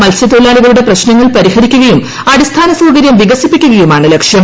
മത്സ്യത്തൊഴിലാളികളുടെ പ്രശ്നങ്ങൾ പരിഹരിക്കുകയും അടിസ്ഥാന സൌകര്യം വികസിപ്പിക്കുകയുമാണ് ലക്ഷ്യം